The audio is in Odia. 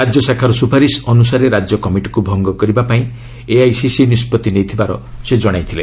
ରାଜ୍ୟଶାଖାର ସୁପାରିଶ ଅନୁସାରେ ରାଜ୍ୟ କମିଟିକୁ ଭଙ୍ଗ କରିବା ପାଇଁ ଏଆଇସିସି ନିଷ୍ପଭି ନେଇଥିବାର ସେ ଜଣାଇଛନ୍ତି